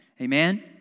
Amen